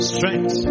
Strength